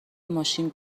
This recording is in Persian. ماشین